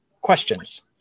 questions